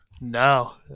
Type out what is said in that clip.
no